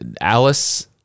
Alice